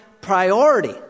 priority